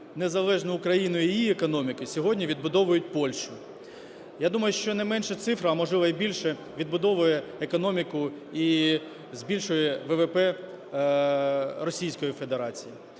незалежну Україну і її економіку, сьогодні відбудовують Польщу. Я думаю, що не менша цифра, а, можливо, і більше, відбудовує економіку і збільшує ВВП Російської Федерації.